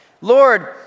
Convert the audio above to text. Lord